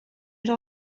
era